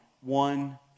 one